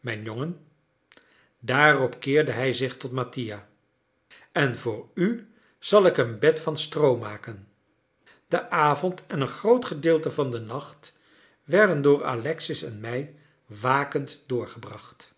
mijn jongen daarop keerde hij zich tot mattia en voor u zal ik een bed van stroo maken de avond en een groot gedeelte van den nacht werden door alexis en mij wakend doorgebracht